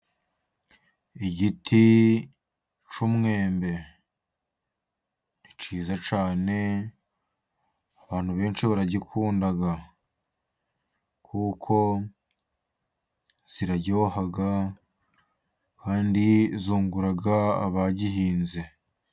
Igiti cy'umwembe cyiza cyane, abantu benshi baragikunda kuko kiraryoha, kandi zungura abagihinze.